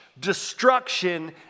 destruction